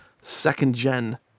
second-gen